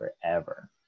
forever